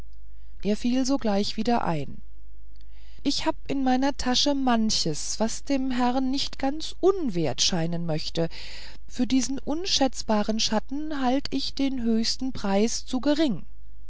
er fiel sogleich wieder ein ich hab in meiner tasche manches was dem herrn nicht ganz unwert scheinen möchte für diesen unschätzbaren schatten halt ich den höchsten preis zu gering